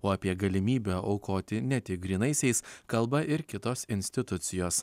o apie galimybę aukoti ne tik grynaisiais kalba ir kitos institucijos